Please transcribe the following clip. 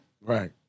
Right